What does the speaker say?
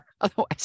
otherwise